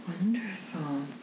Wonderful